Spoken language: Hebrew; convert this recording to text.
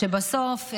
בסוף,